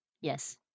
Yes